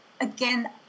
again